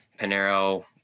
panero